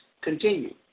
continue